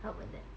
how about that